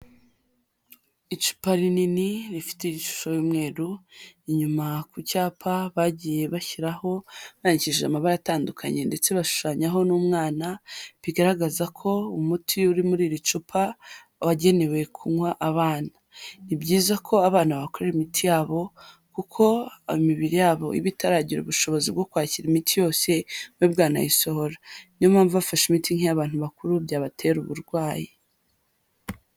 Icupa rinini rifite ishusho y'umweru, inyuma ku cyapa bagiye bashyiraho; bandikishije amabara atandukanye ndetse bashushanyaho n'umwana, bigaragaza ko umuti uri muri iri cupa wagenewe kunywa abana, ni byiza ko abana babakorera imiti yabo kuko imibiri yabo iba itaragira ubushobozi bwo kwakira imiti yose ngo ibe yanayisohora, niyo mpamvu bafashe imiti nk'iy'abantu bakuru byabatera uburwayi.